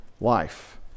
life